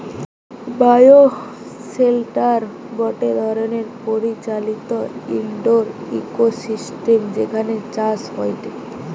bioshelter গটে ধরণের পরিচালিত ইন্ডোর ইকোসিস্টেম যেখানে চাষ হয়টে